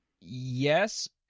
Yes